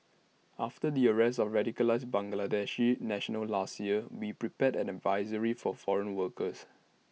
after the arrest of radicalised Bangladeshi nationals last year we prepared an advisory for foreign workers